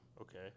Okay